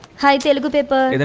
hi telugu paper. and